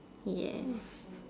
yeah